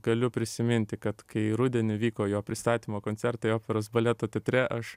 galiu prisiminti kad kai rudenį vyko jo pristatymo koncertai operos baleto teatre aš